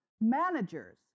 managers